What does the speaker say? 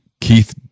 Keith